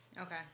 Okay